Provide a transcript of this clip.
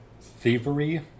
Thievery